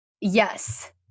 Yes